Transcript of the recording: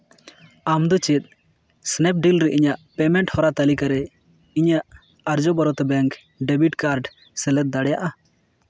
ᱟᱢᱫᱚ ᱪᱮᱫ ᱥᱱᱮᱯᱰᱮᱞ ᱨᱮ ᱤᱧᱟᱹᱜ ᱯᱮᱢᱮᱱᱴ ᱦᱚᱨᱟ ᱛᱟᱹᱞᱤᱠᱟ ᱨᱮ ᱤᱧᱟᱹᱜ ᱟᱨᱡᱚᱵᱚᱨᱛᱚ ᱵᱮᱝᱠ ᱰᱮᱵᱤᱴ ᱠᱟᱨᱰ ᱥᱮᱞᱮᱫ ᱫᱟᱲᱮᱭᱟᱜᱼᱟ